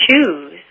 choose